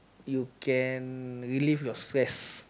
you can relieve your stress